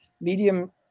medium